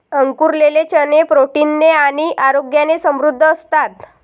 अंकुरलेले चणे प्रोटीन ने आणि आरोग्याने समृद्ध असतात